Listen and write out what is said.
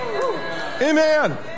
Amen